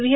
V